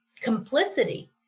complicity